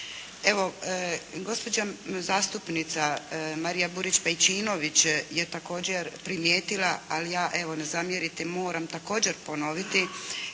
Evo gospođa zastupnica Marija Burić-Pejčinović je također primijetila, ali ja evo ne zamjerite, moram također ponoviti